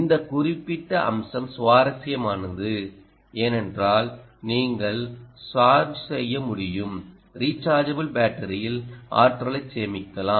இந்த குறிப்பிட்ட அம்சம் சுவாரஸ்யமானது ஏனென்றால் நீங்கள் சார்ஜ் செய்ய முடியும் ரிச்சார்ஜபிள் பேட்டரியில் ஆற்றலைச் சேமிக்கலாம்